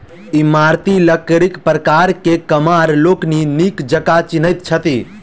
इमारती लकड़ीक प्रकार के कमार लोकनि नीक जकाँ चिन्हैत छथि